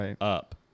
up